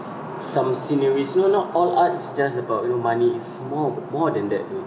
some sceneries you know not all art is just about you know money it's more more than that dude